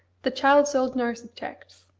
the child's old nurse objects.